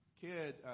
kid